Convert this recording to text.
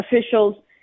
officials